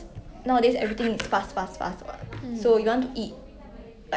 like